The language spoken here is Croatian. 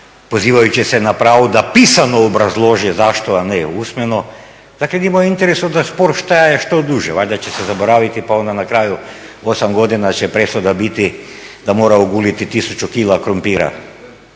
pozivajući se na pravo da pisano obrazlože zašto, a ne usmeno, dakle njima je u interesu da spor traje što duže, valjda će se zaboraviti pa onda na kraju osam godina će biti da mora oguliti tisuću kila krumpira